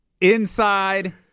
Inside